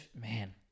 man